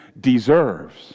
deserves